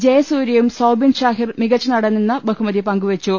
ജയസൂര്യയും സൌബിൻ ഷാഹിർ മികച്ച നടനെന്ന ബഹുമതി പങ്കുവെച്ചു